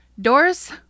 Doris